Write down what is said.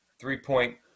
three-point